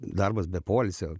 darbas be poilsio